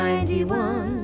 91